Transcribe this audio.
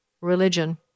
religion